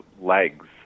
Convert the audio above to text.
legs